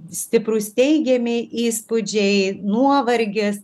stiprūs teigiami įspūdžiai nuovargis